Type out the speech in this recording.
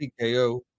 TKO